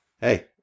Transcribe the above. Hey